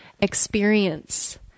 experience